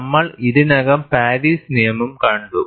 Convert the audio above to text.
നമ്മൾ ഇതിനകം പാരീസ് നിയമം കണ്ടു